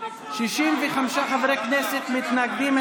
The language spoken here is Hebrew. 65 חברי כנסת מתנגדים.